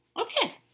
Okay